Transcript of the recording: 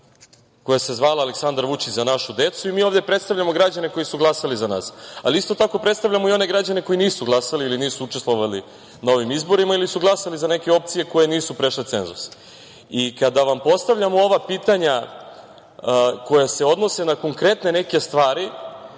koja se zvala Aleksandar Vučić – Za našu decu i mi ovde predstavljamo građane koji su glasali za nas. Isto tako predstavljamo i one građane koji nisu glasali ili nisu učestvovali na ovim izborima ili su glasali za neke opcije koje nisu prešle cenzus. I kada vam postavljamo ova pitanja koja se odnose na neke konkretne stvari,